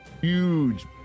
huge